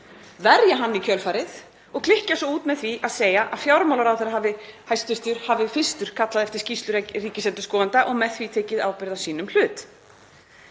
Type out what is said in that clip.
verja hann í kjölfarið og klykkja svo út með því að segja að fjármálaráðherra hafi fyrstur kallað eftir skýrslu ríkisendurskoðanda og með því tekið ábyrgð á sínum hlut.